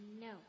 No